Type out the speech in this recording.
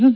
S